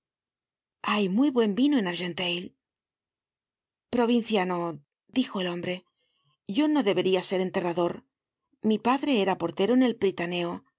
hay muy buen vino en argenteuil provinciano dijo el hombre yo nodeberia ser enterrador mi padre era portero en el